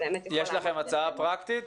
יש לכם הצעה פרקטית?